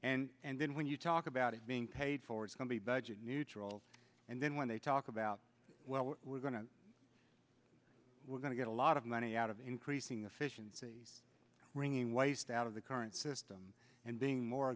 reformed and then when you talk about it being paid for somebody budget neutral and then when they talk about well we're going to we're going to get a lot of money out of increasing efficiency bringing waste out of the current system and being more